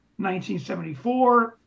1974